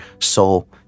soul